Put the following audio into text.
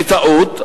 בטעות,